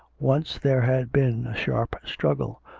once there had been a sharp struggle,